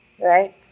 right